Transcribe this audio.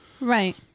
Right